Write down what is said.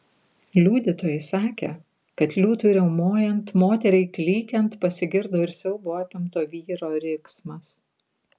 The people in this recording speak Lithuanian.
liudytojai sakė kad liūtui riaumojant moteriai klykiant pasigirdo ir siaubo apimto vyro riksmas